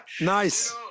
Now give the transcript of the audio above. nice